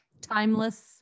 timeless